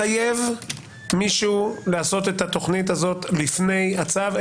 לחייב מישהו לעשות את התוכנית הזו לפני הצו,